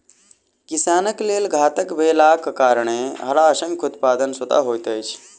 किसानक लेल घातक भेलाक कारणेँ हड़ाशंखक उत्पादन स्वतः होइत छै